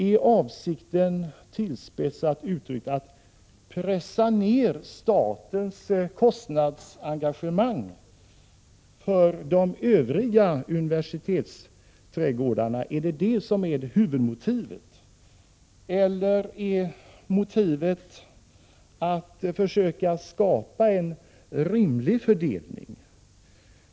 Är avsikten, tillspetsat uttryckt, att pressa ner statens kostnadsengagemang för de övriga universitetsträdgårdarna? Är det det som är huvudmotivet? Eller är motivet att försöka skapa en rimlig fördelning?